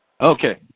Okay